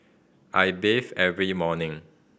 I bathe every morning